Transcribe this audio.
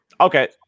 Okay